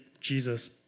Jesus